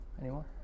anymore